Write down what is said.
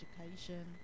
education